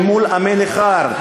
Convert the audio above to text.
אל מול עמי נכר,